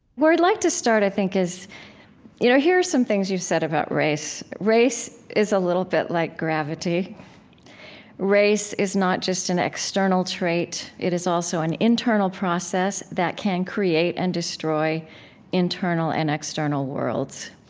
where i'd like to start, i think, is you know here are some things you've said about race race is a little bit like gravity race is not just an external trait it is also an internal process that can create and destroy internal and external worlds.